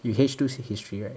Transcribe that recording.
you H two's history right